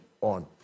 on